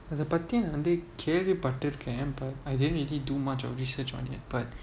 இது பத்தி வந்து கேள்வி பட்டுருக்கேன்:idhu pathi vanthu kelvi paturuken I didn't really do much of research on it but